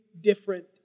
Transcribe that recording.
different